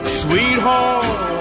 sweetheart